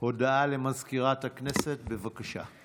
הודעה למזכירת הכנסת, בבקשה.